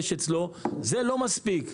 זה לא מספיק.